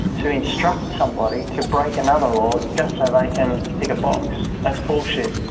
to instruct somebody to break another law just so they can tick a box. that's bullshit.